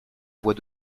voix